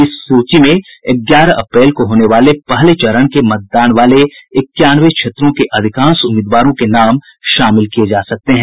इस सूची में ग्यारह अप्रैल को होने वाले पहले चरण के मतदान वाले इक्यानवे क्षेत्रों के अधिकांश उम्मीदवारों के नाम शामिल किये जा सकते हैं